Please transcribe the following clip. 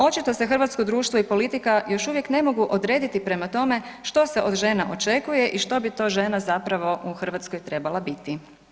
Očito se hrvatsko društvo i politika još uvijek ne mogu odrediti prema tome što se od žena očekuje i što bi to žena zapravo u Hrvatskoj trebala biti.